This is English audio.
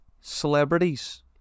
Celebrities